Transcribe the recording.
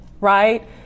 right